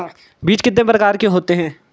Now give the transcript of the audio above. बीज कितने प्रकार के होते हैं?